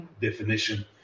Definition